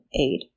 aid